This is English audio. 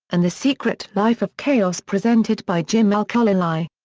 and the secret life of chaos presented by jim al-khalili.